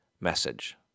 message